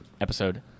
episode